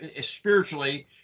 spiritually